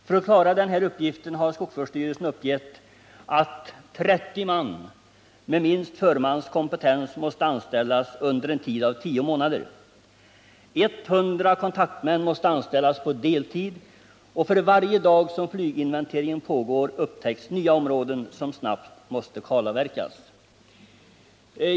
För att klara den uppgiften har skogsvårdsstyrelsen uppgett att 30 man med minst förmans kompetens måste anställas under en tid av tio månader. 100 kontaktmän måste anställas på deltid, och för varje dag som flyginventeringen pågår upptäcks nya områden som snabbt måste kalavverkas.